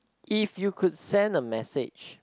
if you could send a message